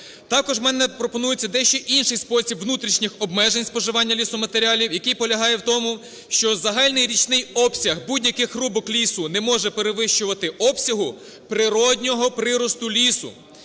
Також в мене пропонується дещо інший спосіб внутрішніх обмежень споживання лісоматеріалів, який полягає в тому, що загальний річний обсяг будь-яких рубок лісу не може перевищувати обсягу природного приросту лісу